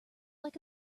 like